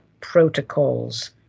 protocols